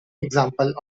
example